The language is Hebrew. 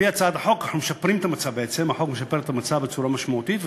הצעת החוק משפרת את המצב בצורה משמעותית,